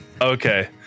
Okay